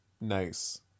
nice